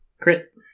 Crit